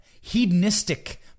hedonistic